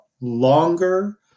longer